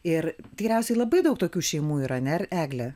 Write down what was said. ir tikriausiai labai daug tokių šeimų yra ar ne egle